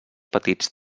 petits